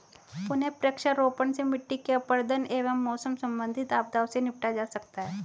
पुनः वृक्षारोपण से मिट्टी के अपरदन एवं मौसम संबंधित आपदाओं से निपटा जा सकता है